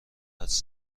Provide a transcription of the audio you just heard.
حدس